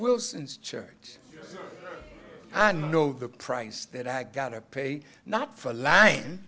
wilson's church i know the price that i got to pay not for a line